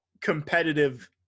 competitive